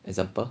example